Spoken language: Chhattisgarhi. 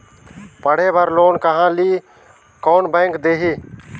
पढ़े बर लोन कहा ली? कोन बैंक देही?